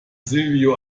silvio